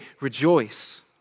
rejoice